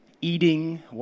eating